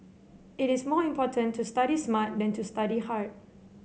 it is more important to study smart than to study hard